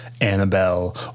Annabelle